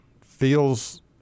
feels